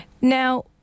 Now